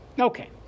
Okay